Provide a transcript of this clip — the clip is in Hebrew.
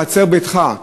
בחצר ביתך?